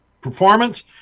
performance